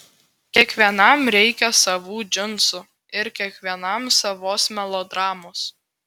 kiekvienam reikia savų džinsų ir kiekvienam savos melodramos